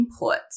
inputs